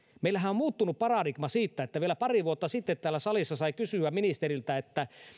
meillähän on muuttunut paradigma siinä kun vielä pari vuotta sitten täällä salissa sai kysyä ministeriltä